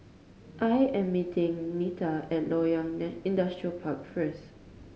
I am meeting Nita at Loyang Industrial Park first